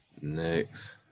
Next